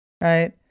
right